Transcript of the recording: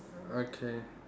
okay